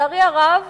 לצערי הרב,